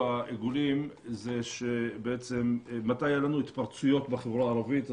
בעיגולים זה מתי היו לנו התפרצויות בחברה הערבית.